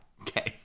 Okay